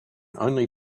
only